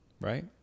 right